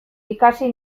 ikasi